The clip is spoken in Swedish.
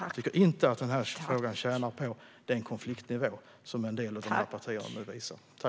Jag tycker inte att den här frågan tjänar på den konfliktnivå som en del av partierna vill visa.